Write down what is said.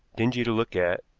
dingy to look at,